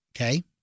Okay